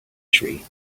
tree